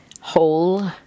whole